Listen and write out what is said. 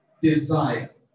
desire